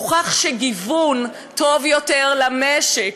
הוכח שגיוון טוב יותר למשק,